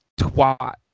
twat